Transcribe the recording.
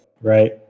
right